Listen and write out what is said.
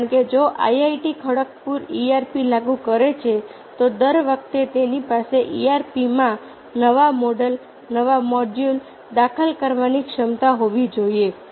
કારણ કે જો IIT ખડગપુર ERP લાગુ કરે છે તો દર વખતે તેની પાસે ERP માં નવા મોડલ નવા મોડ્યુલ દાખલ કરવાની ક્ષમતા હોવી જોઈએ